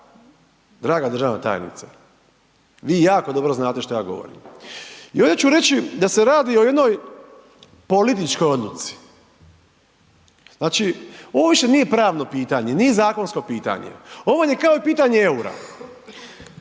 Draga državna tajnice, vi jako dobro znate što ja govorim i ovdje ću reći da se radi o jednoj političkoj odluci, znači, ovo više nije pravno pitanje, nije zakonsko pitanje, ovo vam je kao i pitanje EUR-a,